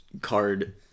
card